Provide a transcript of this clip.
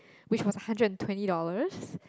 which was a hundred and twenty dollars